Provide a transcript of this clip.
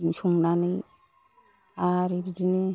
बिदिनो संनानै आरो बिदिनो